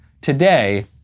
Today